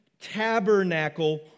tabernacle